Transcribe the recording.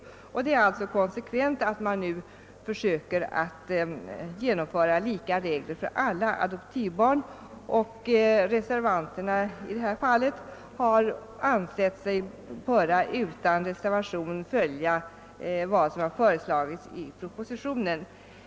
Det är enligt reservanternas uppfattning konsekvent att man nu försöker genomföra lika regler för alla adoptivbarn, och reservanterna har därför ansett sig böra utan reservation följa vad som föreslagits i propositionen.